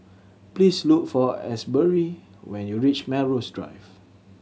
please look for Asbury when you reach Melrose Drive